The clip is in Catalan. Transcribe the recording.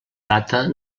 data